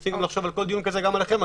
צריך גם לחשוב בכל דיון כזה גם עליכם,